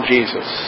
Jesus